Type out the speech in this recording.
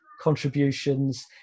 contributions